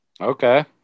Okay